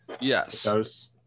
Yes